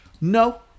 No